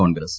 Congress